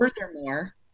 Furthermore